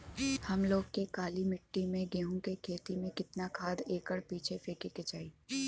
हम लोग के काली मिट्टी में गेहूँ के खेती में कितना खाद एकड़ पीछे फेके के चाही?